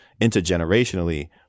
intergenerationally